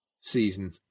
season